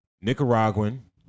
Nicaraguan